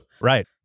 right